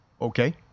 Okay